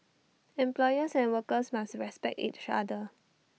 employers and workers must respect each other